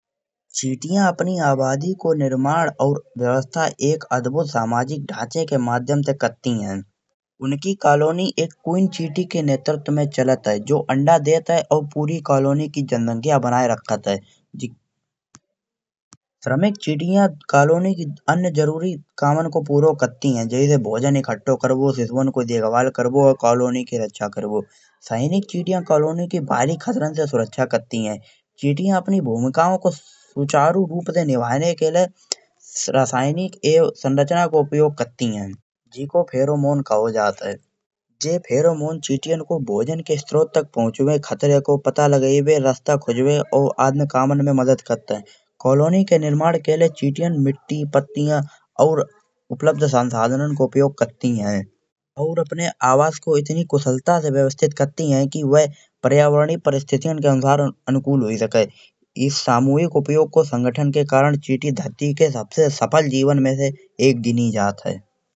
चींटियाँ अपनी आबादी को निर्माण और व्यवस्था एक अद्भुत सामाजिक ढांचे के माध्यम से करती है। उनकी कौलोनी एक क्वीन चिटी के नेतृत्व में चलत है जो अंडा देती है और पूरी कौलोनी की जनसंख्या बनाए रखात है। श्रमिक चींटियाँ कौलोनी के अन्य जरूरी कामो को पूरा करती है। जैसे भोजन इकट्ठों करबो शिशुं की देखभाल करबो और कौलोनी की रक्षा करबो। सैनिक चींटियाँ कौलोनी के बाहर खंडन से सुरक्षा करती है। चिटिया अपनी भूमिका सुचारू रूप से निभाने के लिए रासायनिक संरचना को उपयोग करती है जेको फेरेमोन कहो जात है। जे फेरेमोन चिटीयां के भोजन के स्रोत तक पहूचवे खातिर पता लगाबे रास्ता खोजबे और अन्य कामन में मदद करत है। कौलोनी के निर्माण के लिए चिटिया मिट्टी, पत्ती और उपलब्ध संसाधनन को उपयोग करती है। और अपने आवास को इतनी कुशलता से व्यवस्थित करती है कि वह पर्यावरणीय स्थितियन के अनुसार अनुकूल होई सके। एक सामूहिक उपयोग को संगठन के कारण चींटी धरती पे सबसे सफल जीवन में से एक गिनी जात है।